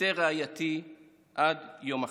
אסתר רעייתי עד היום האחרון.